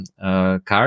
card